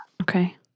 Okay